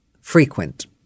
frequent